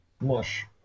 mush